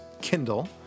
Kindle